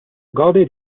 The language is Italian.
gode